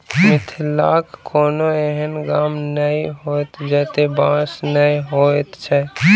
मिथिलाक कोनो एहन गाम नहि होयत जतय बाँस नै होयत छै